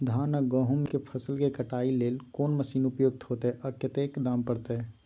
धान आ गहूम या गेहूं फसल के कटाई के लेल कोन मसीन उपयुक्त होतै आ ओकर कतेक दाम परतै?